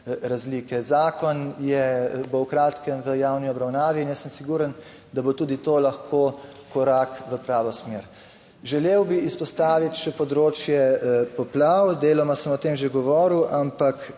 Zakon bo v kratkem v javni obravnavi in jaz sem siguren, da bo tudi to lahko korak v pravo smer. Želel bi izpostaviti še področje poplav. Deloma sem o tem že govoril, ampak